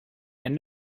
and